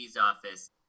office